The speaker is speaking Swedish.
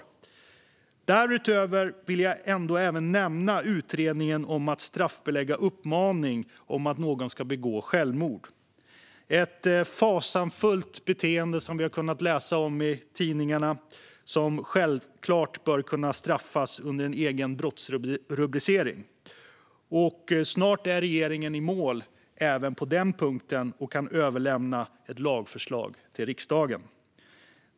Därutöver vill jag även nämna utredningen om att straffbelägga uppmaning om att någon ska begå självmord. Det är ett fasansfullt beteende som vi har kunnat läsa om i tidningarna och som självfallet bör kunna straffas under en egen brottsrubricering. Snart är regeringen i mål även på den punkten och kan överlämna ett lagförslag till riksdagen.